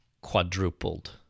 quadrupled